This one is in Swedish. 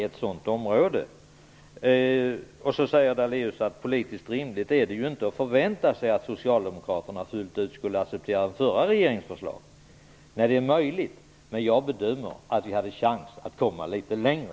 Lennart Daléus säger att det inte är politiskt rimligt att förvänta sig att socialdemokraterna fullt ut skulle acceptera den förra regeringens förslag. Nej, det är möjligt, men jag bedömer att vi hade en chans att komma litet längre.